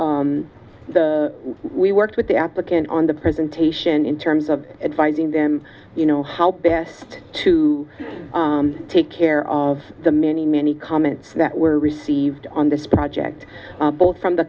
the we work with the applicant on the presentation in terms of advising them you know how best to take care of the many many comments that were received on this project both from the